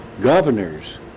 governors